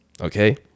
okay